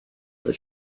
for